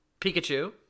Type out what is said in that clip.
Pikachu